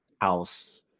house